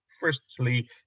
firstly